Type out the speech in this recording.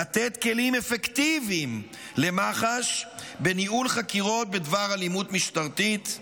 לתת כלים אפקטיביים למח"ש בניהול חקירות בדבר אלימות משטרתית,